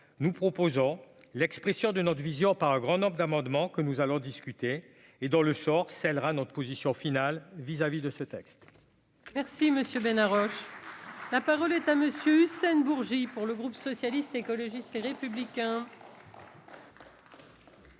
nous proposons l'expression de notre vision par un grand nombre d'amendements que nous allons discuter et dont le sort Celera notre position finale vis-à-vis de ce texte. Merci monsieur Bénard Roche, la parole est à monsieur Hussein Bourgi pour le groupe socialiste, écologiste et républicain.